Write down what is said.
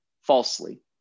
falsely